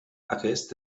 aquest